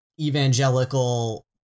evangelical